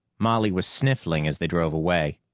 molly was sniffling as they drove away.